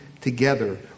together